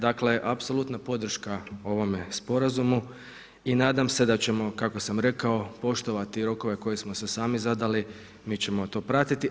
Dakle, apsolutna podrška ovom sporazumu i nadam se da ćemo kako sam rekao poštovati rokove koje smo si sami zadali, mi ćemo to pratiti.